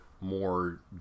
more